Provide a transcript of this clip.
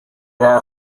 are